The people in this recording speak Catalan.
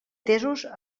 atesos